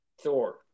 Thor